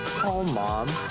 mom.